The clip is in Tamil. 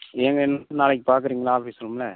ஏங்க என்னன்னு நாளைக்கு பார்க்குறீங்களா ஆஃபீஸ் ரூமில்